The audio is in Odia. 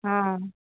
ହଁ